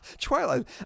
Twilight